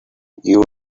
you